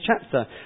chapter